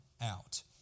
out